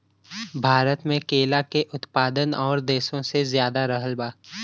भारत मे केला के उत्पादन और देशो से ज्यादा रहल बा